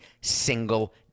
single